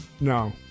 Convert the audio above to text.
No